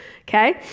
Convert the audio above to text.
okay